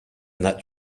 that